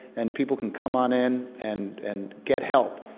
and people can come on in and and get help.